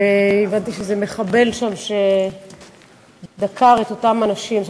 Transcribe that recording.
הבנתי שזה מחבל שדקר שם את אותם אנשים,